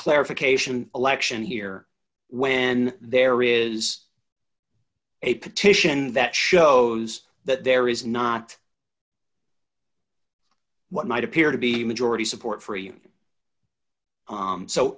clarification election here when there is a petition that shows that there is not what might appear to be majority support f